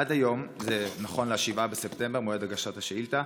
עד היום, נכון ל-7 בספטמבר, מועד הגשת השאילתה,